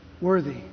Worthy